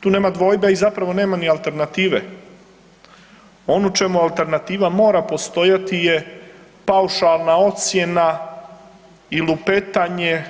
Tu nema dvojbe i zapravo nema ni alternative, ono u čemu alternativa mora postojati je paušalna ocjena i lupetanje